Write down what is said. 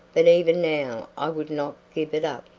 but even now i would not give it up.